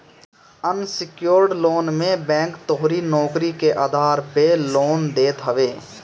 unsecured loan मे bank तोहरी नोकरी के आधार पअ लोन देत हवे